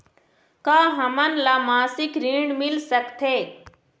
का हमन ला मासिक ऋण मिल सकथे?